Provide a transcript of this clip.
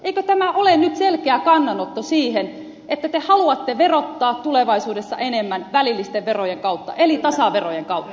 eikö tämä ole nyt selkeä kannanotto siihen että te haluatte verottaa tulevaisuudessa enemmän välillisten verojen kautta eli tasaverojen kautta